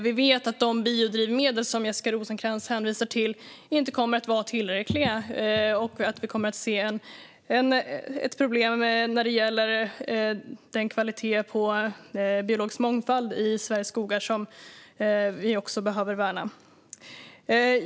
Vi vet att de biodrivmedel som Jessica Rosencrantz hänvisar till inte kommer att vara tillräckliga och att vi kommer att se problem när det gäller kvaliteten på den biologiska mångfalden i Sveriges skogar, som vi behöver värna.